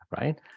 right